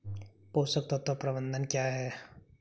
पोषक तत्व प्रबंधन क्या है?